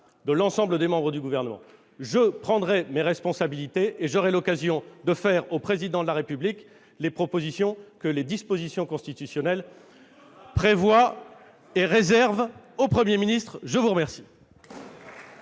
de fonctions des membres du Gouvernement. Je prendrai donc mes responsabilités et j'aurai l'occasion de faire au Président de la République les propositions que les dispositions constitutionnelles prévoient et réservent au Premier ministre ! Le plus tôt